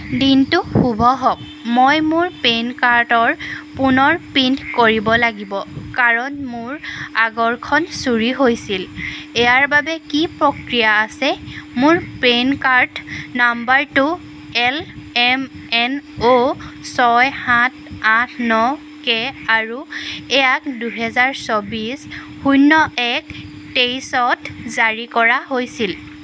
দিনটো শুভ হওক মই মোৰ পেন কাৰ্ডৰ পুনৰ প্ৰিণ্ট কৰিব লাগিব কাৰণ মোৰ আগৰখন চুৰি হৈছিল ইয়াৰ বাবে কি প্ৰক্ৰিয়া আছে মোৰ পেন কাৰ্ড নম্বৰটো এলএমএনঅ' ছয় সাত আঠ ন কে আৰু ইয়াক দুহেজাৰ চৌবিছ শূন্য এক তেইছত জাৰি কৰা হৈছিল